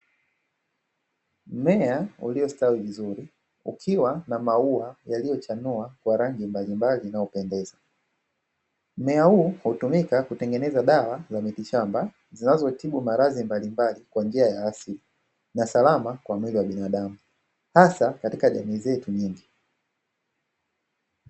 Mmea uliostawi vizuri ukiwa na maua yaliyochanua kwa rangi mbalimbali inayopendeza. Mmea huu hutumika kutengeneza dawa za mitishamba zinazotibu maradhi mbalimbali kwa njia ya asili, na salama kwa mwili wa binadamu, hasa katika jamii zetu nyingi.